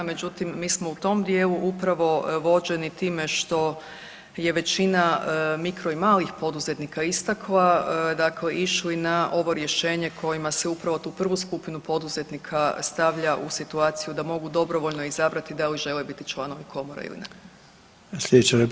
Međutim, mi smo u tom dijelu upravo vođeni time što je većina mikro i malih poduzetnika istakla, dakle išli na ovo rješenje kojima se upravo tu prvu skupinu poduzetnika stavlja u situaciju da mogu dobrovoljno izabrati da li žele biti članovi komore ili ne.